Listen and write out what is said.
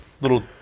little